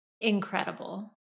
incredible